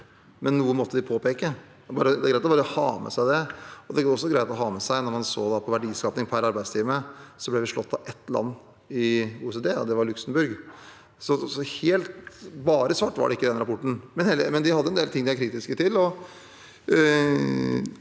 men noe måtte de påpeke. Det er greit bare å ha med seg det. Jeg tenker at det også er greit å ha med seg at da de så på verdiska ping per arbeidstime, ble vi slått av ett land i OECD, og det var Luxembourg. Bare svart var altså ikke den rapporten, men de hadde en del ting de var kritiske til.